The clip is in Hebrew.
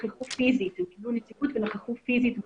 הייתה נוכחות פיזית באולם.